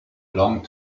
long